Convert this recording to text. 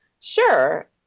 Sure